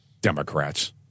Democrats